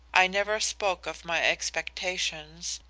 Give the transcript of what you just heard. i never spoke of my expectations,